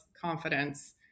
confidence